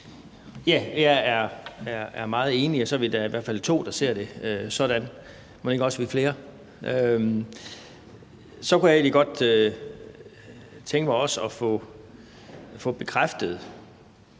Jeg er meget enig, og så er vi da i hvert fald to, der ser det sådan. Mon ikke også vi er flere? Så kunne jeg egentlig også godt tænke mig at få bekræftet